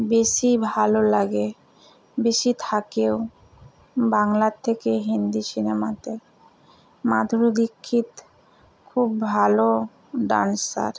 বেশি ভালো লাগে বেশি থাকেও বাংলার থেকে হিন্দি সিনেমাতে মাধুরী দীক্ষিত খুব ভালো ডান্সার